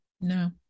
No